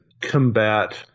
combat